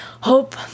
hope